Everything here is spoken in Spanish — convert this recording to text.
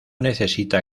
necesita